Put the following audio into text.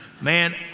Man